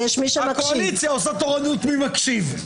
הקואליציה עושה תורנות מי מקשיב.